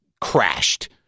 crashed